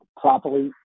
properly